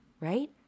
right